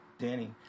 Danny